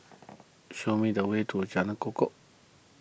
show me the way to Jalan Kukoh